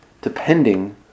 depending